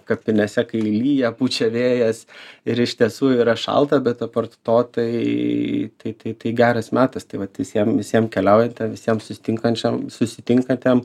kapinėse kai lyja pučia vėjas ir iš tiesų yra šalta bet apart to tai tai tai tai geras metas tai vat visiem visiem keliaujantiem visiem susitinkančiam susitinkatiem